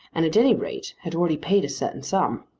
and at any rate had already paid a certain sum.